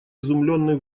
изумленный